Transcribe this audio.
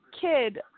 Kid